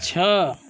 छह